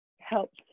helps